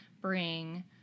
bring